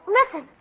Listen